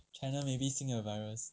china maybe 新的 virus